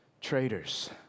traitors